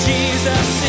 Jesus